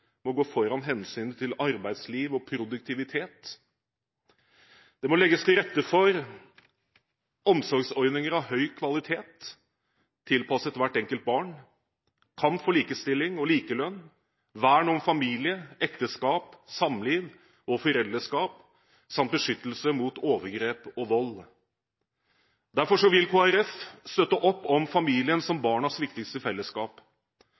må gå foran hensynet til arbeidsliv og produktivitet. Det må legges til rette for omsorgsordninger av høy kvalitet, tilpasset hvert enkelt barn, kamp for likestilling og likelønn, vern om familie, ekteskap, samliv og foreldreskap samt beskyttelse mot overgrep og vold. Derfor vil Kristelig Folkeparti støtte opp om familien som barnas viktigste fellesskap.